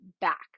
back